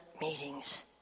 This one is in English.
meetings